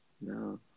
No